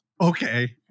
Okay